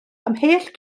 ymhell